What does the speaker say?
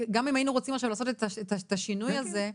גם אם היינו רוצים עכשיו לעשות את השינוי הזה,